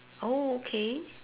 oh okay